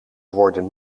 worden